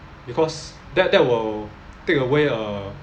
because that that will take away uh